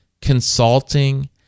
consulting